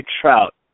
Trout